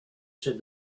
said